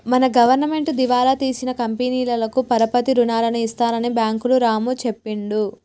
మన గవర్నమెంటు దివాలా తీసిన కంపెనీలకు పరపతి రుణాలు ఇస్తారని బ్యాంకులు రాము చెప్పిండు